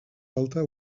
alta